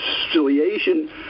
reconciliation